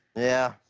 yeah.